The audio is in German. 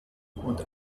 und